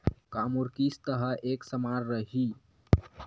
का मोर किस्त ह एक समान रही?